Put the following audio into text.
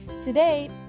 Today